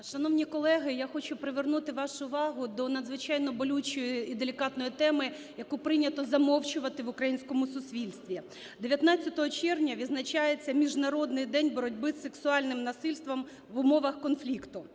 Шановні колеги! Я хочу привернути вашу увагу до надзвичайно болючої і делікатної теми, яку прийнято замовчувати в українському суспільстві. 19 червня відзначається Міжнародний день боротьби з сексуальним насильством в умовах конфлікту.